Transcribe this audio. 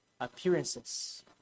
appearances